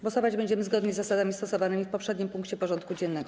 Głosować będziemy zgodnie z zasadami stosowanymi w poprzednim punkcie porządku dziennego.